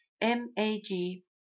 M-A-G